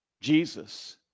Jesus